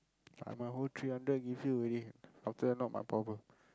ah my whole three hundred give you already after that not my problem